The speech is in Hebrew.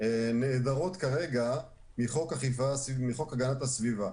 נעדרות כרגע מחוק הגנת הסביבה,